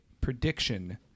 prediction